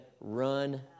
run